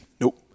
Nope